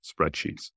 spreadsheets